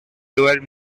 twelve